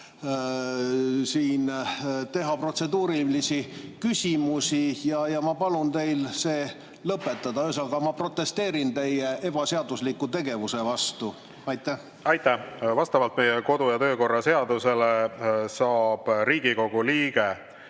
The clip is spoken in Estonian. siin protseduurilisi küsimusi ja ma palun teil see lõpetada. Ühesõnaga, ma protesteerin teie ebaseadusliku tegevuse vastu. Aitäh! Vastavalt meie kodu‑ ja töökorra seadusele võib Riigikogu liige